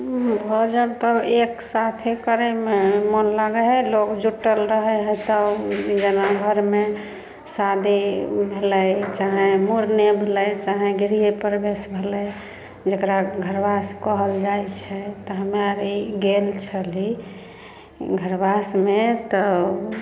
ओ भऽ जाएब तऽ एक साथे करयमे मोन लागै हइ लोग जुट्टल रहै हइ तऽ जेना घरमे शादी भेलै चाहे मूड़ने भेलै तऽ चाहे गेलियै प्रवेश भेलै जेकरा घरबास कहल जाइ छै तऽ हम्मे आर ई गेल छली घरबासमे तऽ